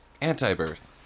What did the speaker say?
Anti-Birth